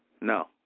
No